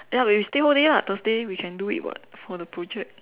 ya but we stay whole day lah Thursday we can do it [what] for the project